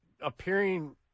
appearing